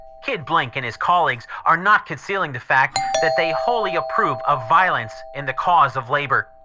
kid blink and his colleagues are not concealing the fact that they wholly approve of violence in the cause of labor.